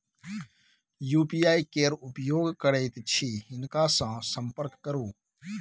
UPI केर उपयोग करैत छी हिनका सँ संपर्क करु